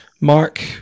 Mark